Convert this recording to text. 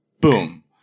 boom